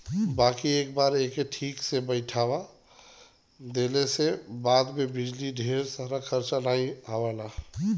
बाकी एक बार एके ठीक से बैइठा देले के बाद बिजली के ढेर खरचा नाही आवला